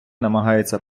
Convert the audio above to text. намагається